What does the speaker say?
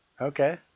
Okay